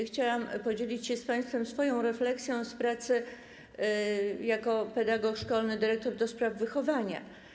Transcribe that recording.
Chciałam podzielić się z państwem swoją refleksją z pracy jako pedagog szkolny, dyrektor do spraw wychowania.